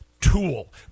tool